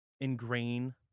ingrain